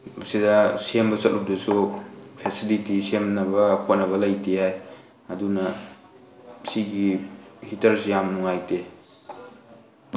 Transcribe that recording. ꯁꯤꯗ ꯁꯦꯝꯕ ꯆꯠꯂꯨꯕꯗꯁꯨ ꯐꯦꯁꯤꯂꯤꯇꯤ ꯁꯦꯝꯅꯕ ꯈꯣꯠꯅꯕ ꯂꯩꯇꯦ ꯍꯥꯏ ꯑꯗꯨꯅ ꯁꯤꯒꯤ ꯍꯤꯇꯔꯁꯤ ꯌꯥꯝ ꯅꯨꯡꯉꯥꯏꯇꯦ